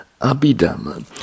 Abhidhamma